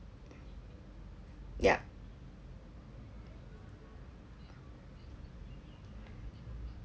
ya